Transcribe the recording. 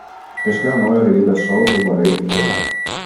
paaiškėjo naujo realybės šou du barai intriga